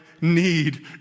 need